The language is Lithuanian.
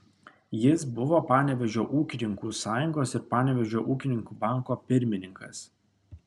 jis buvo panevėžio ūkininkų sąjungos ir panevėžio ūkininkų banko pirmininkas